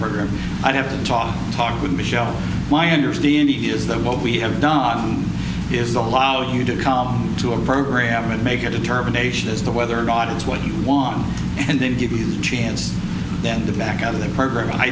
i have to talk talk with michelle my understanding is that what we have done is allow you to come to a program and make a determination as to whether or not it's what you want and then give you a chance then to back out of the program